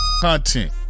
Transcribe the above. content